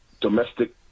domestic